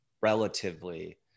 relatively